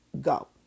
go